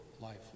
life